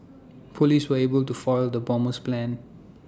Police were able to foil the bomber's plans